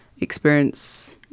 experience